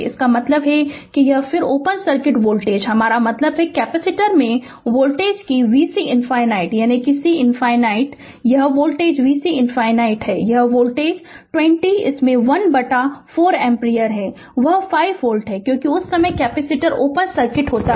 इसका मतलब है और फिर ओपन सर्किट वोल्टेज मेरा मतलब कैपेसिटर में वोल्टेज है कि vc ∞ यानी vc ∞ यह वोल्टेज vc ∞ है यह वोल्टेज है यह 20 इसमें1 बटा 4 एम्पीयर वह 5 वोल्ट क्योंकि उस समय कैपेसिटर ओपन सर्किट होता है